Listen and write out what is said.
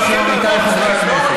כלום.